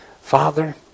Father